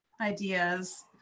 ideas